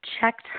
checked